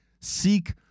seek